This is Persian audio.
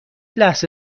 لحظه